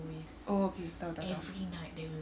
okay tahu tahu tahu